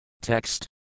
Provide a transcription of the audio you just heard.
Text